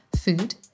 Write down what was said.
Food